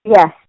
Yes